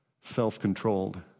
self-controlled